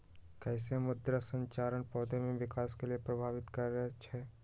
कईसे मृदा संरचना पौधा में विकास के प्रभावित करई छई?